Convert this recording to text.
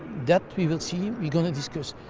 that we will see. we're going to discuss.